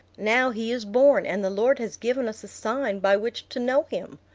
now he is born, and the lord has given us a sign by which to know him.